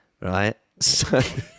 right